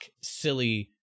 silly